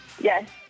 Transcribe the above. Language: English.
Yes